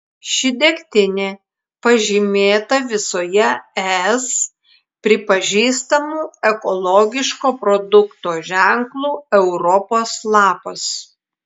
ši degtinė pažymėta visoje es pripažįstamu ekologiško produkto ženklu europos lapas